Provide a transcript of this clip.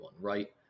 right